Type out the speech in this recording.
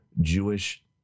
Jewish